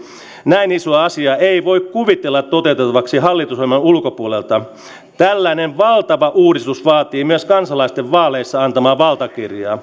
näin isoa asiaa ei voi kuvitella toteutettavaksi hallitusohjelman ulkopuolelta tällainen valtava uudistus vaatii myös kansalaisten vaaleissa antamaa valtakirjaa